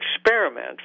experiment